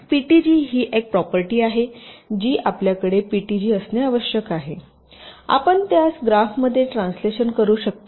PTG ही एक property आहे जी आपल्याकडे पीटीजी असणे आवश्यक आहे आपण त्यास या ग्राफमध्ये ट्रान्सलेशन करू शकता